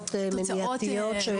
תוצאות מניעתיות.